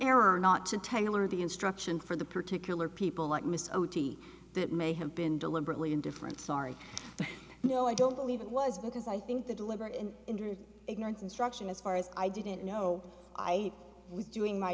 error not to tangle or the instruction for the particular people like mr that may have been deliberately indifferent sorry no i don't believe it was because i think the deliberate and ignorance instruction as far as i didn't know i was doing my